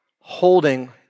holding